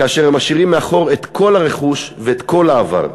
כאשר הם משאירים מאחור את כל הרכוש ואת כל העבר.